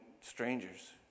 strangers